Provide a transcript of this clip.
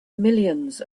millions